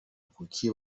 kuki